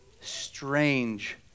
strange